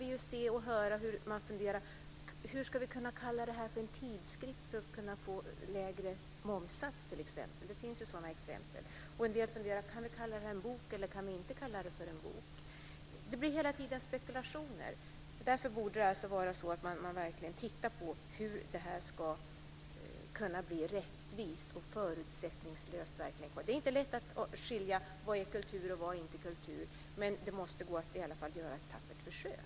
Redan nu ser vi hur man funderar på hur man ska kunna kalla en publikation för tidskrift för att kunna få lägre momssats. Det finns sådana exempel. En del funderar på om man kan kalla en publikation för bok eller om man inte kan göra det. Det blir hela tiden spekulationer. Därför borde man förutsättningslöst verkligen titta på hur det ska bli rättvist. Det är inte lätt att skilja mellan det som är kultur och det som inte är kultur, men det måste i alla fall gå att göra ett tappert försök.